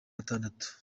gatandatu